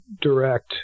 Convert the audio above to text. direct